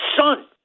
son